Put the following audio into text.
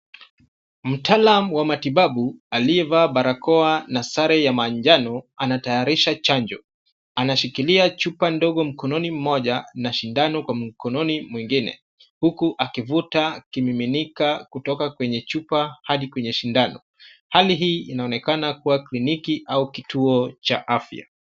Mtaalam wa matibabu aliyevaa barakoa na sare ya manjano, anatayarisha chanjo. Anashikilia chupa ndogo mkononi mmoja na sindano kwa mkononi mwingine, huku akivuta kimiminika kutoka kwenye chupa hadi kwenye sindano. Hali hii inaonekana kuwa kliniki au kituo cha afya.